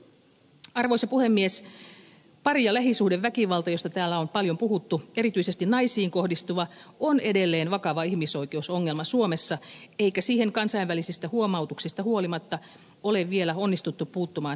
pari ja lähisuhdeväkivalta josta täällä on paljon puhuttu erityisesti naisiin kohdistuva on edelleen vakava ihmisoikeusongelma suomessa eikä siihen kansainvälisistä huomautuksista huolimatta ole vielä onnistuttu puuttumaan tehokkaasti